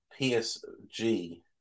PSG